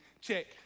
Check